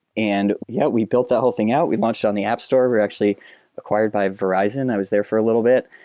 and yeah, we built that whole thing out. we launched on the app store. we're actually acquired by verizon. i was there for a little bit.